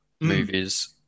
movies